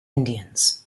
indians